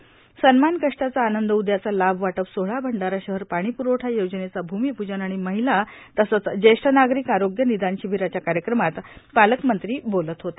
सन्मान कष्टाचा आनंद उद्याचा लाभ वाटप सोहळा भंडारा शहर पाणीप्रवठा योजनेचा भूमिपूजन आणि महिला तसंच ज्येष्ठ नागरिक आरोग्य निदान शिबीराच्या कार्यक्रमात पालकमंत्री बोलत होते